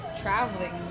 traveling